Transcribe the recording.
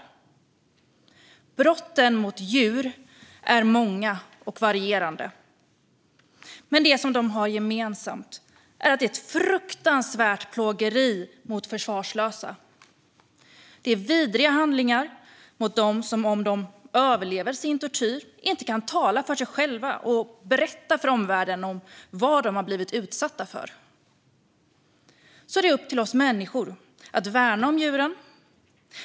Brotten mot djur är många och varierande. Men det som de har gemensamt är att det är ett fruktansvärt plågeri mot försvarslösa. Det är vidriga handlingar mot de djur som, om de överlever tortyren, inte kan tala för sig själva och berätta för omvärlden om vad de har blivit utsatta för. Det är därför upp till oss människor att värna om djuren.